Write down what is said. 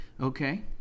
Okay